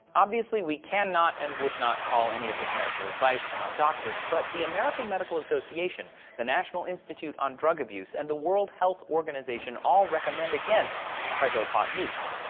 obviously, we can not and would not call any of this medical advice we're not doctors. but the american medical association, the national institute on drug abuse, and the world health organization all recommend against preggo pot use.